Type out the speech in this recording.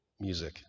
music